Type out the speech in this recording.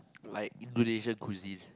like Indonesian cuisine